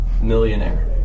millionaire